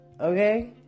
okay